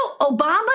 Obama